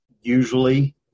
usually